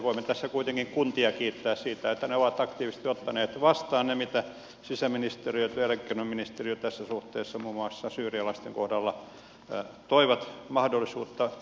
voimme tässä kuitenkin kuntia kiittää siitä että ne ovat aktiivisesti ottaneet vastaan ne mitä sisäministeriö ja työ ja elinkeinoministeriö tässä suhteessa muun muassa syyrialaisten kohdalla toivat mahdollisuutta